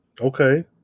Okay